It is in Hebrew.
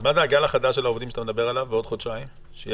מה זה הגל החדש של העובדים שאתה מדבר עליו בעוד חודשיים שיגיע?